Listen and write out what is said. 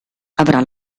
avrà